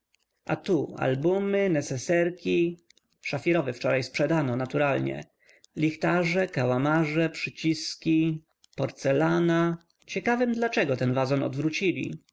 a tu albumy neseserki szafirowy wczoraj sprzedano naturalnie lichtarze kałamarze przyciski porcelana ciekawym dlaczego ten wazon odwrócili